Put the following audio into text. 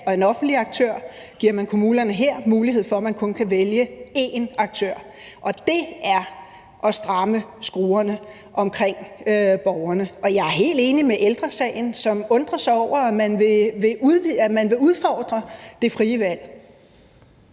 og en offentlig aktør her giver kommunerne mulighed for kun at kunne vælge én aktør, og det er at stramme skruerne omkring borgerne. Og jeg er helt enig med Ældre Sagen, som undrer sig over, at man vil udfordre det frie valg.